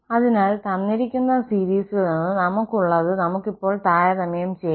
അതിനാൽ തന്നിരിക്കുന്ന സീരിസിൽ നിന്ന് നമുക്കുള്ളത് നമുക്ക് ഇപ്പോൾ താരതമ്യം ചെയ്യാം